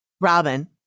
Robin